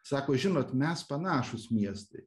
sako žinot mes panašūs miestai